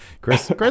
Chris